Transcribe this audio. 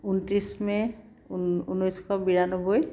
ঊনত্ৰিছ মে' ঊনৈছশ বিৰানব্বৈ